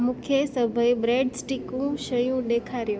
मूंखे सभई ब्रेड स्टिकूं शयूं ॾेखारियो